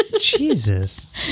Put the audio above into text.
Jesus